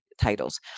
titles